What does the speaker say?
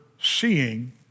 seeing